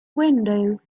window